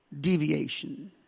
deviation